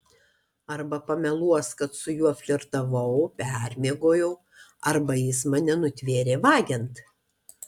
arba pameluos kad su juo flirtavau permiegojau arba jis mane nutvėrė vagiant